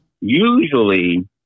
usually